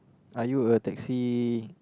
are you a taxi